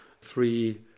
three